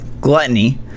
Gluttony